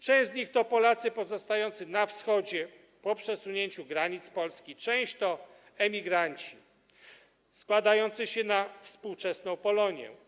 Część z nich to Polacy pozostający na Wschodzie po przesunięciu granic Polski, część to emigranci składający się na współczesną Polonię.